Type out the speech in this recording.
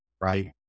right